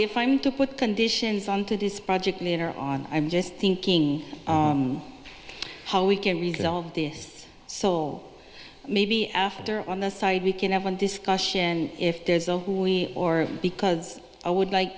if i'm to put conditions on to this project in or on i'm just thinking how we can resolve the so maybe after on the site we can have a discussion if there's a bully or because i would like